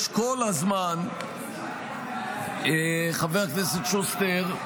יש כל הזמן, חבר הכנסת שוסטר,